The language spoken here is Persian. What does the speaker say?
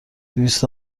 دویست